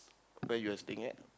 where you were sitting at